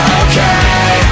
okay